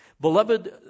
Beloved